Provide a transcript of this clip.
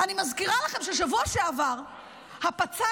אני מזכירה לכם שבשבוע שעבר הפצ"רית